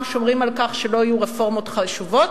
שומרים על כך שלא יהיו רפורמות חשובות,